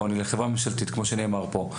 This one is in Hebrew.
היא חברה ממשלתית כמו שנאמר פה.